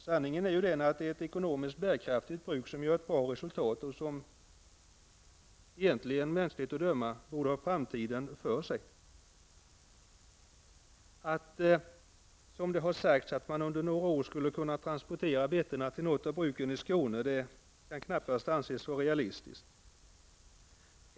Sanningen är att det är ett ekonomiskt bärkraftigt bruk som gör ett bra resultat och som mänskligt att döma egentligen borde ha framtiden för sig. Att man under några år skulle kunna transportera betorna till något av bruken i Skåne, som det har sagts, kan knappast anses vara realistiskt.